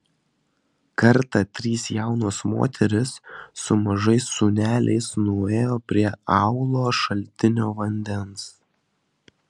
kartą trys jaunos moterys su mažais sūneliais nuėjo prie aūlo šaltinio vandens